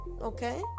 okay